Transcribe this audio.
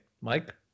Mike